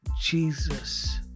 Jesus